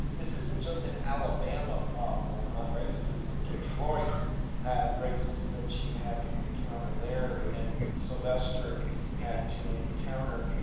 this isn't just an alabama problem on racism. detroit had racism that she had to encounter there and sylvester had to encounter.